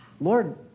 Lord